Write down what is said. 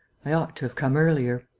i ought to have come earlier.